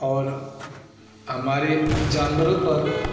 और हमारे जानवरों पर